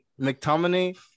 McTominay